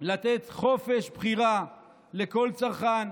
לתת חופש בחירה לכל צרכן,